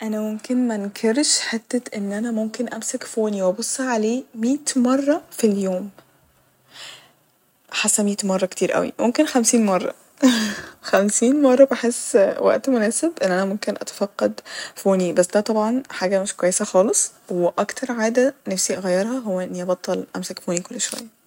أنا ممكن منكرش حتة إن أنا ممكن أمسك فوني وأبص عليه مية مرة ف اليوم ، حاسه مية مرة كتير أوي ممكن خمسين مرة، خمسين مرة بحس وقت مناسب إن أنا ممكن اتفقد فوني بس ده طبعا حاجة مش كويسة خالص وأكتر عادة نفسي أغيرها هو إني أبطل أمسك فوني كل شوية